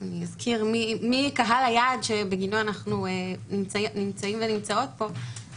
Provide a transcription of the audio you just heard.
אני אזכיר מי קהל היעד שבגינו אנחנו נמצאים ונמצאות פה,